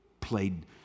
played